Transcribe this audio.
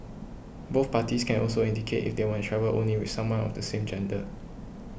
both parties can also indicate if they want to travel only with someone of the same gender